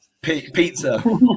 Pizza